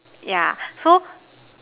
yeah so